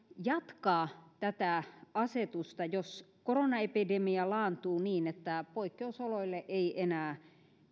jatkaa tätä asetusta jos koronaepidemia laantuu niin että poikkeusoloille ei enää